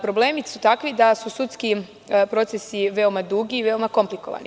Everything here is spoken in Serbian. Problemi su takvi da su sudski procesi veoma dugi i veoma komplikovani.